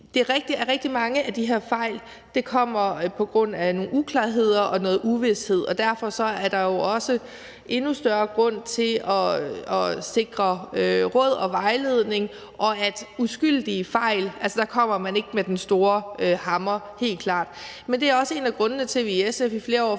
det er rigtigt, at rigtig mange af de her fejl kommer på grund af nogle uklarheder og noget uvished. Derfor er der jo også endnu større grund til at sikre råd og vejledning, og at man ved uskyldige fejl ikke kommer med den store hammer, helt klart. Men det er også en af grundene til, at vi i SF i flere år